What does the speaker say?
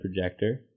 projector